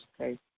okay